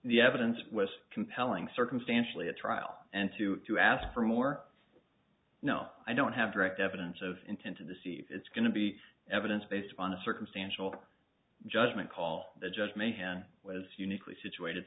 the evidence was compelling circumstantially a trial and two to ask for more no i don't have direct evidence of intent to deceive it's going to be evidence based on a circumstantial judgment call the judge may hand was uniquely situated